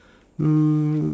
mm